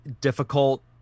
difficult